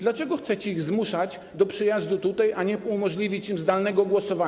Dlaczego chcecie ich zmuszać do przyjazdu tutaj, a nie umożliwić im zdalne głosowanie?